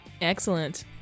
Excellent